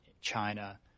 China